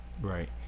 Right